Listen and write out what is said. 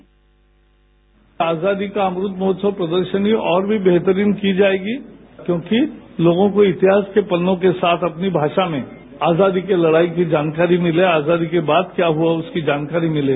bite Azadi ka Amrit Mahotsav प्रदर्शनी और भी बहतरीन की जाएगी क्योंकि लोगों के इतिहास के पन्नों के साथ अपनी भाषा में आजादी की लड़ाई की जानकारी मिले आजादी के बाद क्या हुआ उसकी जानकारी मिले